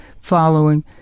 following